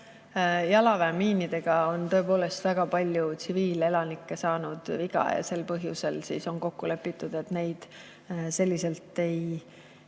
Jalaväemiinidega on tõepoolest väga palju tsiviilelanikke viga saanud ja sel põhjusel on kokku lepitud, et neid selliselt ei